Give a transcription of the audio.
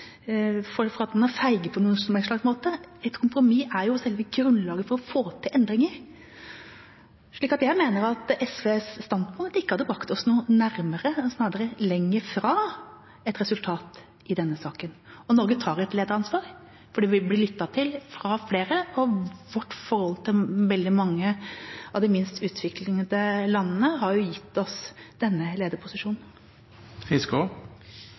måte. Et kompromiss er selve grunnlaget for å få til endringer. Jeg mener at SVs standpunkt ikke hadde brakt oss noe nærmere – snarere lenger fra – et resultat i denne saken. Norge tar et lederansvar fordi vi blir lyttet til fra flere, og vårt forhold til veldig mange av de minst utviklede landene har gitt oss denne